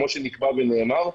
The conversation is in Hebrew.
כמו שנקבע ונאמר,